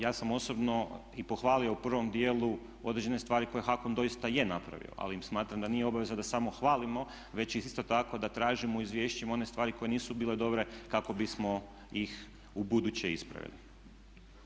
Ja sam osobno i pohvalio u prvom dijelu određene stvari koje HAKOM doista je napravio, ali smatram da nije obaveza da samo hvalimo već isto tako da tražimo u izvješćima one stvari koje nisu bile dobre kako bismo ih ubuduće ispravili.